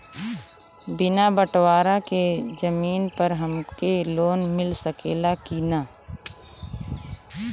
बिना बटवारा के जमीन पर हमके लोन मिल सकेला की ना?